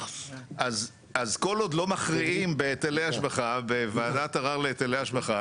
כל עוד לא מכריעים בהיטלי השבחה בוועדת ערר להיטלי השבחה,